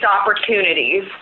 opportunities